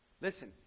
Listen